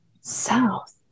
South